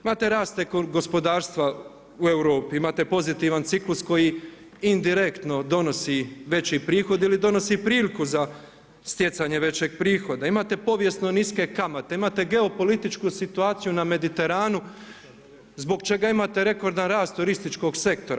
Imate rast gospodarstva u Europi, imate pozitivan ciklus koji indirektno donosi veći prihod ili donosi priliku za stjecanje većeg prihoda, imate povijesno niske kamate, imate geopolitičku situaciju na Mediteranu zbog čega imate rekordan rast turističkog sektora.